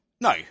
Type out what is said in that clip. No